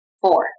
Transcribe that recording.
four